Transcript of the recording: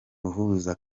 uhuza